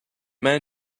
man